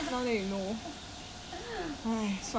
!wah! so 贴心 wor